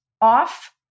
off